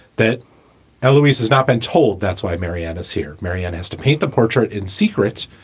that ah louise has not been told. that's why marianne is here. marianne has to paint the portrait in secret.